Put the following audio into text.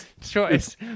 choice